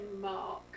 mark